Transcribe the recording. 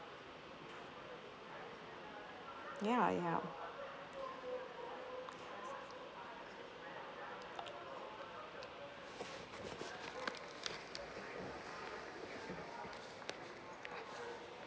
ya ya